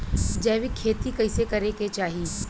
जैविक खेती कइसे करे के चाही?